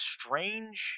strange